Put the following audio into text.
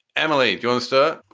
emily joester